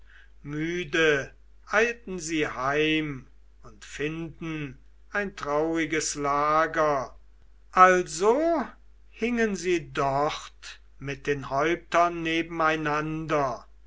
müde eilten sie heim und finden ein trauriges lager also hingen sie dort mit den häuptern nebeneinander